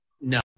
no